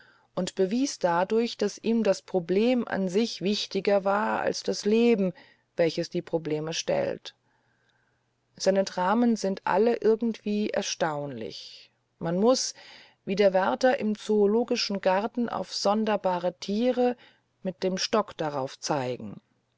und bewies dadurch daß ihm das problem an sich wichtiger war als das leben welches die probleme stellt seine dramen sind alle irgendwie erstaunlich man muß wie der wärter im zoologischen garten auf sonderbare tiere mit dem stock darauf zeigen